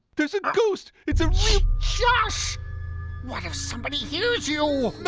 there's a ghost, it's ah so what if somebody hears you?